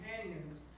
companions